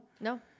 No